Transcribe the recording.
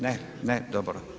Ne, ne dobro.